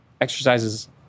exercises